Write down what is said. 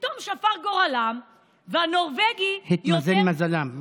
פתאום שפר גורלם, והנורבגי, יותר, התמזל מזלם.